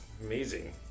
amazing